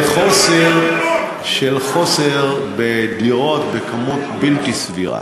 של חוסר בדירות בכמות בלתי סבירה.